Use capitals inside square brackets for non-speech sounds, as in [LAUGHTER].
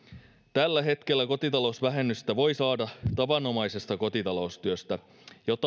tällä hetkellä kotitalousvähennystä voi saada tavanomaisesta kotitaloustyöstä jota [UNINTELLIGIBLE]